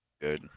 good